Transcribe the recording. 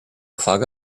clog